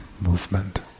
movement